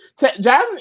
Jasmine